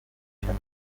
شوند